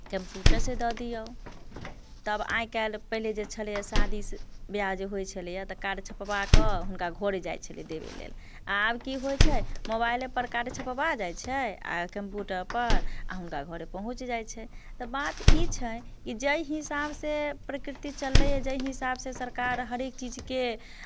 कम्प्यूटरसँ दऽ दियौ तब आइ काल्हि पहिले जे छलै शादी ब्याह जे होइ छलैए तऽ कार्ड छपबा कऽ हुनका घरे जाइ छलै देबय लेल आब की होइ छै मोबाइलेपर कार्ड छपबा जाइ छै आ कम्प्यूटरपर आ हुनका घरे पहुँच जाइ छै तऽ बात ई छै कि जाहि हिसाबसँ प्रकृति चललैए जे हिसाबसँ सरकार हरेक चीजके